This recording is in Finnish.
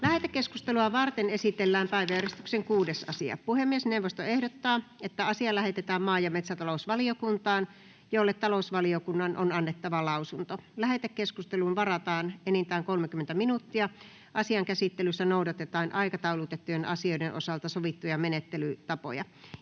Lähetekeskustelua varten esitellään päiväjärjestyksen 6. asia. Puhemiesneuvosto ehdottaa, että asia lähetetään maa- ja metsätalousvaliokuntaan, jolle talousvaliokunnan on annettava lausunto. Lähetekeskusteluun varataan enintään 30 minuuttia. Asian käsittelyssä noudatetaan aikataulutettujen asioiden osalta sovittuja menettelytapoja.